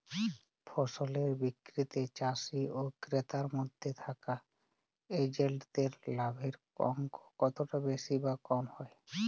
ফসলের বিক্রিতে চাষী ও ক্রেতার মধ্যে থাকা এজেন্টদের লাভের অঙ্ক কতটা বেশি বা কম হয়?